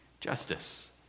justice